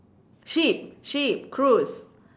ship ship cruise